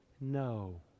No